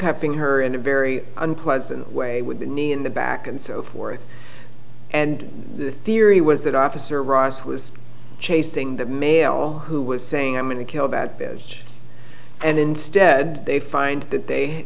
handcuffing her in a very unpleasant way in the back and so forth and the theory was that officer ross was chasing that male who was saying i'm going to kill that and instead they find that they